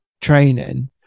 training